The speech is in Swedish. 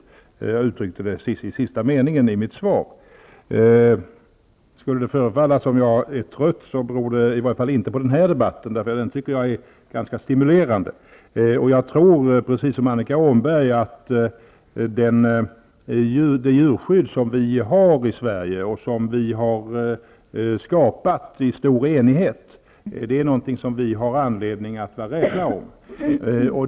Jag uttryckte det i den sista meningen i mitt svar. Skulle det förefalla som om jag är trött, beror det i varje fall inte på denna debatt. Den är ganska stimulerande. Jag tror, precis som Annika Åhnberg, att det djurskydd vi har i Sverige, som vi har skapat i stor enighet, är någonting som vi har anledning att vara rädda om.